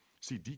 See